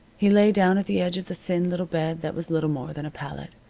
he lay down at the edge of the thin little bed that was little more than a pallet,